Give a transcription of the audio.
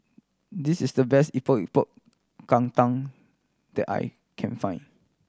this is the best Epok Epok Kentang that I can find